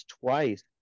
twice